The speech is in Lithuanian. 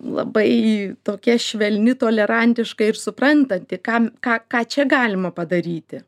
labai tokia švelni tolerantiška ir suprantanti kam ką ką čia galima padaryti